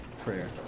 Prayer